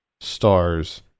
stars